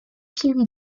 film